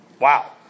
Wow